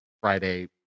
friday